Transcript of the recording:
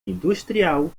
industrial